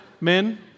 men